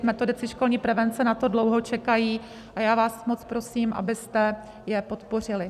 Metodici školní prevence na to dlouho čekají a já vás moc prosím, abyste je podpořili.